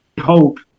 ...hope